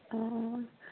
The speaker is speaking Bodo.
अ